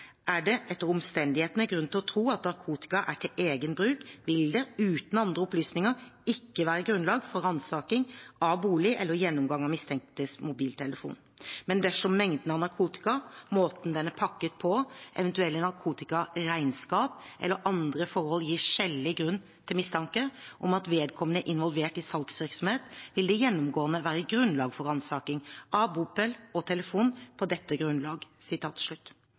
det bl.a. framgår: «Er det etter omstendighetene grunn til å tro at narkotikaen er til egen bruk, vil det uten andre opplysninger ikke være grunnlag for ransaking av bolig eller gjennomgang av mistenktes mobiltelefon. Men dersom mengden narkotika, måten den er pakket på, eventuelle narkotikaregnskap eller andre forhold gir skjellig grunn til mistanke om at vedkommende er involvert i salgsvirksomhet, vil det gjennomgående være grunnlag for ransaking både av bopel og telefon» på dette grunnlag.